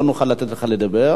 לא נוכל לתת לך לדבר.